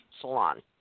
salon